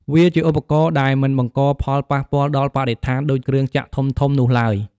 វាជាឧបករណ៍ដែលមិនបង្កផលប៉ះពាល់ដល់បរិស្ថានដូចគ្រឿងចក្រធំៗនោះឡើយ។